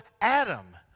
Adam